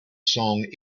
song